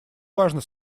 важно